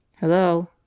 Hello